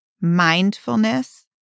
mindfulness